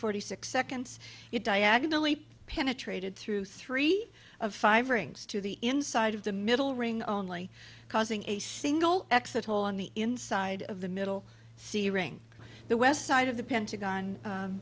forty six seconds it diagonally penetrated through three of five rings to the inside of the middle ring only causing a single exit hole on the inside of the middle c ring the west side of the pentagon